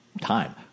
time